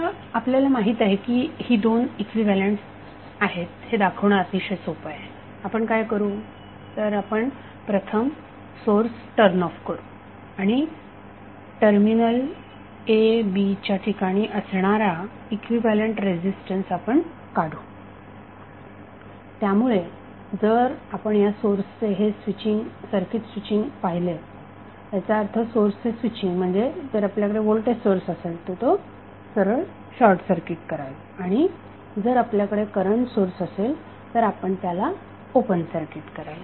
आता आपल्याला माहित आहे की ही दोन इक्विव्हॅलेन्ट आहेत हे दाखवणे अतिशय सोपे आहे आपण काय करू आपण प्रथम सोर्स टर्न ऑफ करू आणि टर्मिनल A B च्या ठिकाणी असणारा इक्विव्हॅलेन्ट रेझीस्टन्स आपण काढू त्यामुळे जर आपण या सोर्सचे हे सर्किट स्विचींग पाहिलेत याचा अर्थ सोर्सचे स्विचींग म्हणजे जर आपल्याकडे व्होल्टेज सोर्स असेल तर तो सरळ शॉर्टसर्किट कराल आणि जर आपल्याकडे करंट सोर्स असेल तर आपण त्याला ओपन सर्किट कराल